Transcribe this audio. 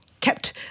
kept